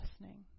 listening